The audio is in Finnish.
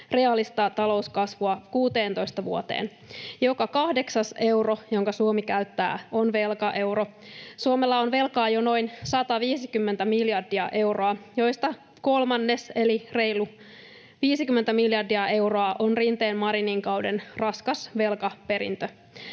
reaalista talouskasvua 16 vuoteen. Joka kahdeksas euro, jonka Suomi käyttää, on velkaeuro. Suomella on velkaa jo noin 150 miljardia euroa, joista kolmannes eli reilu 50 miljardia euroa on Rinteen—Marinin kauden raskas velkaperintö.